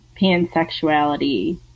pansexuality